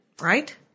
right